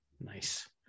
nice